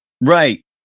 Right